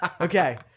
okay